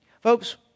Folks